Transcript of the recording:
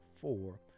Four